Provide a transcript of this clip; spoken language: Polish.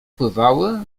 pływały